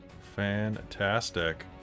fantastic